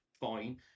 fine